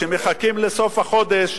שמחכים לסוף החודש,